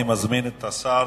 אני מזמין את השר